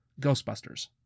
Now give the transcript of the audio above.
Ghostbusters